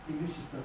immune system